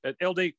LD